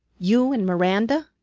you and miranda?